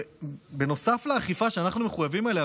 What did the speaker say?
נוסף לאכיפה שאנחנו מחויבים לה,